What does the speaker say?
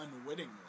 unwittingly